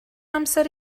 amser